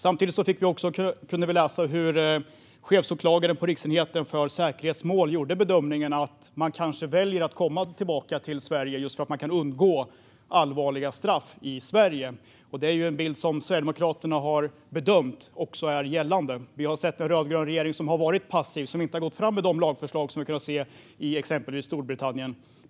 Samtidigt kunde vi läsa att chefsåklagaren på riksenheten för säkerhetsmål gjorde bedömningen att man kanske väljer att komma tillbaka till Sverige just därför att man kan undgå allvarliga straff i Sverige. Det är en bild som också Sverigedemokraterna har bedömt är gällande. Vi har sett en rödgrön regering som har varit passiv och inte gått fram med de lagförslag som vi har kunnat se i exempelvis Storbritannien.